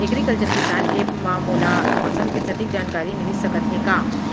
Agriculture किसान app मा मोला मौसम के सटीक जानकारी मिलिस सकत हे का?